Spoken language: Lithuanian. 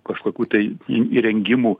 kažkokių tai į įrengimų